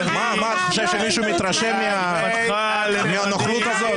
חושב שמישהו מתרשם מהנוכלות הזאת?